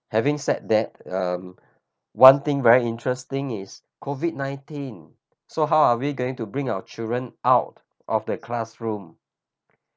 having said that um one thing very interesting is COVID nineteen so how are we going to bring our children out of the classroom